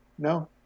No